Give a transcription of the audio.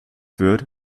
wird